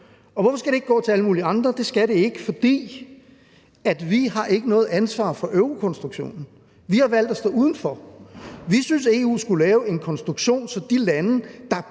Hvorfor skal det ikke gå til alle mulige andre? Det skal det ikke, fordi vi ikke har noget ansvar for eurokonstruktionen. Vi har valgt at stå udenfor. Vi synes, at EU skulle lave en konstruktion, så de lande, der